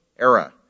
era